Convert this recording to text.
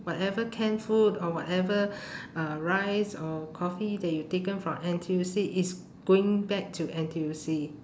whatever canned food or whatever uh rice or coffee that you taken from N_T_U_C is going back to N_T_U_C